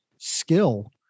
skill